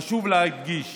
חשוב להדגיש